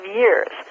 years